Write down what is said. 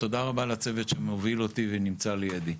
תודה רבה לצוות שמוביל אותי ונמצא לידי.